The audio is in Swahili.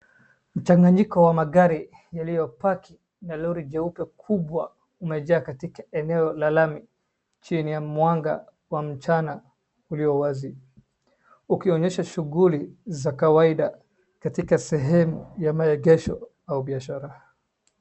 Mchanganyiko wa magari yaliyopaki na lori jeupe kubwa umejaa katika eneo la lami chini ya mwanga wa mchana uliowazi. Ukionyesha shughuli za kawaida katika sehemu ya maegesho au biashara.